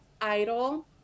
idle